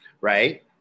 right